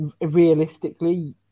realistically